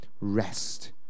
rest